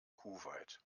kuwait